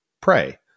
pray